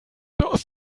dass